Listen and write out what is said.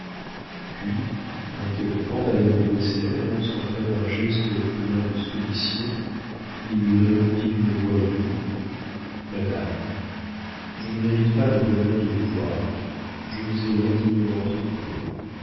puis interrompant madame de beauséant non sans faire un geste plein de soumission il lui répondit d'une voix émue madame je ne mérite pas le bonheur de vous voir je vous ai indignement trompée